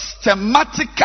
systematically